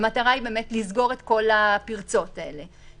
והמטרה היא באמת לסגור את כל הפרצות האלה.